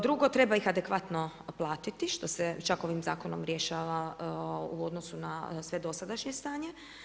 Drugo treba ih adekvatno platiti, što se čak ovim zakonom rješava u odnosu na sve dosadašnje stanje.